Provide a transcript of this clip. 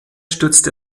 stützt